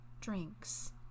drinks